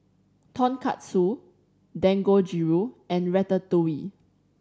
Tonkatsu Dangojiru and Ratatouille